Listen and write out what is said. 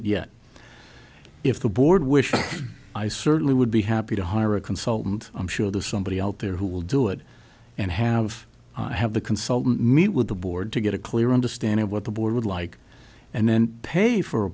it yet if the board wish i certainly would be happy to hire a consultant i'm sure there's somebody out there who will do it and have to have the consultant meet with the board to get a clear understanding of what the board would like and then pay for a